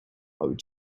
would